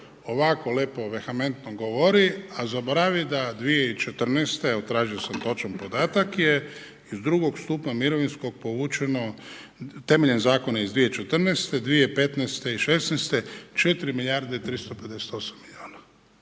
ovako lijep vehementno govori, a zaboravi da 2014. jer tražio sam točan podatak je iz II. stupa mirovinskog povučeno temeljem zakona iz 2014., 2015. i 2016., 4 milijarde i 358 milijuna.